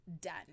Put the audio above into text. done